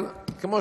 אבל כמו